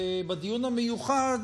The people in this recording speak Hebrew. בדיון המיוחד,